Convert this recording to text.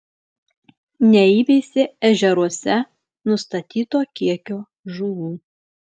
neįveisė ežeruose nustatyto kiekio žuvų